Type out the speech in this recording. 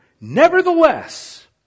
Nevertheless